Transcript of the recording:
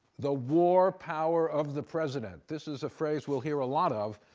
the war power of the president. this is a phrase we'll hear a lot of,